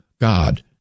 God